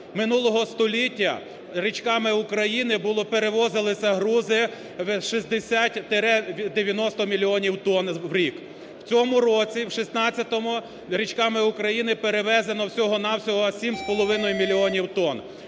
минулого століття було… перевозилися грузи 60-90 мільйонів тонн в рік. У цьому році, у 16-му, річками України перевезено всього-на-всього 7,5 мільйонів тонн.